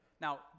Now